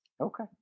Okay